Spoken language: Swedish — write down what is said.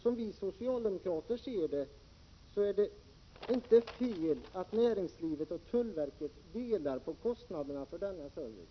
Som vi socialdemokrater ser saken är det inte fel att näringslivet och tullverket delar på kostnaderna för denna service.